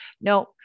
No